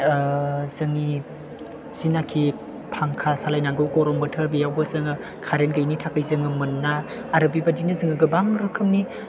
जोंनि जिनोखि फांखा सालायनांगौ गरम बोथोर बेयावबो जोङो खारेन गैयैनि थाखाय जोङो मोना आरो बेबायदिनो जोङो गोबां रोखोमनि